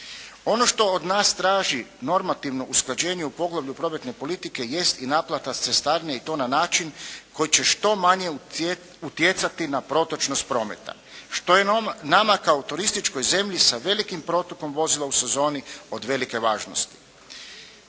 Ono što od nas traži normativno usklađenje u poglavlju prometne politike jest i naplata cestarine i to na način koji će što manje utjecati na protočnost prometa što je nama kao turističkoj zemlji sa velikim protokom vozila u sezoni od velike važnosti.